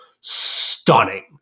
stunning